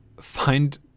Find